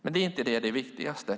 Men det är inte det viktigaste.